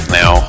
now